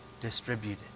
Distributed